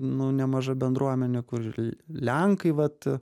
nu nemaža bendruomenė kur lenkai vat